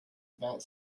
about